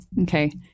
Okay